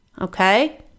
okay